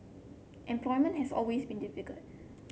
employment has always been difficult